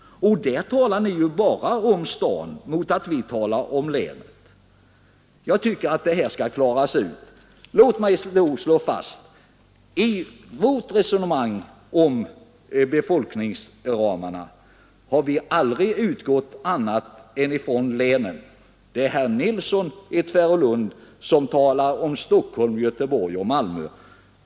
Och ni talar bara om storstäderna, medan vi talar om länen. Jag tycker att det här skall klaras ut. Låt mig slå fast att i vårt resonemang om befolkningsramarna har vi aldrig utgått från annat än länen. Det är herr Nilsson i Tvärålund som talar om Stockholm, Göteborg och Malmö.